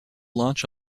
launch